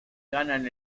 ganan